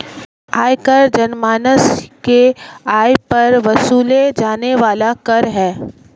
आयकर जनमानस के आय पर वसूले जाने वाला कर है